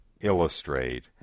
illustrate